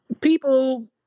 people